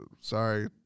sorry